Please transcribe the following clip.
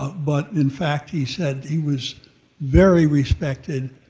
but in fact he said, he was very respected.